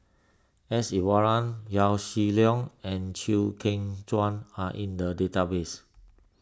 S Iswaran Yaw Shin Leong and Chew Kheng Chuan are in the database